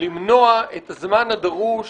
למנוע את הזמן הדרוש